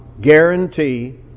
guarantee